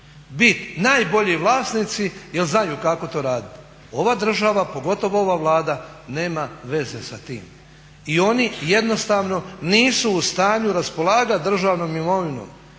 biti najbolji vlasnici jer znaju kako to raditi. Ova država, pogotovo ova Vlada nema veze sa time. I oni jednostavno nisu u stanju raspolagati državnom imovinom